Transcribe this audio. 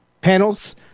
panels